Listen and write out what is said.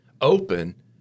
open